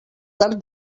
tard